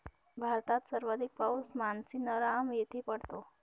भारतात सर्वाधिक पाऊस मानसीनराम येथे पडतो